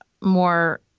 more